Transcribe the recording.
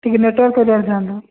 ଟିକିଏ ନେଟ୍ୱାର୍କ୍ ଏରିଆରେ ଯାଆନ୍ତୁ